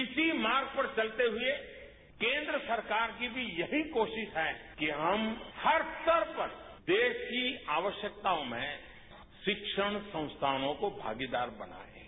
इसी मार्ग पर चलते हुए केंद्र सरकार की भी यही कोशिश है कि हम हर स्तर पर देश की आवश्यकतायों में शिक्षण संस्थानों को भागीदार बना रहे हैं